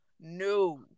no